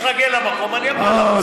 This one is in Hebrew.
אני מתרגל למקום ואני אבוא אליו.